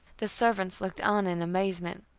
the servants looked on in amazement.